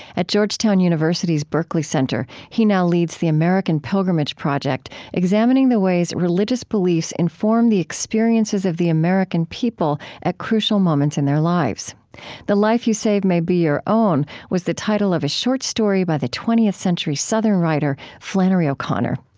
at georgetown university's berkley center, he now leads the american pilgrimage project, examining the ways religious beliefs inform the experiences of the american people at crucial moments in their lives the life you save may be your own was the title of a short story by the twentieth century southern writer flannery o'connor.